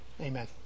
amen